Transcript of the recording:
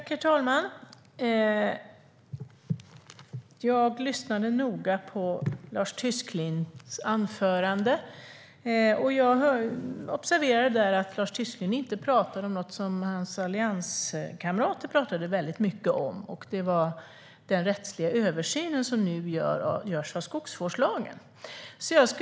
Herr talman! Jag lyssnade noga på Lars Tysklinds anförande och noterade att Lars Tysklind inte talade om det som hans allianskamrater talade mycket om, nämligen den rättsliga översynen av skogsvårdslagen som nu görs.